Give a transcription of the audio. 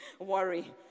worry